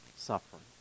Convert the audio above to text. suffering